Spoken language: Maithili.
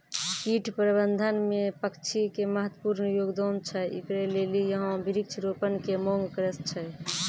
कीट प्रबंधन मे पक्षी के महत्वपूर्ण योगदान छैय, इकरे लेली यहाँ वृक्ष रोपण के मांग करेय छैय?